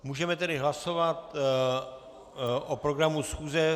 Můžeme tedy hlasovat o programu schůze.